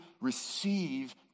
receive